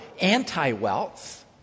anti-wealth